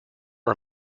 are